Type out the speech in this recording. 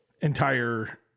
entire